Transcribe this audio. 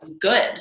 good